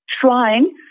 Trying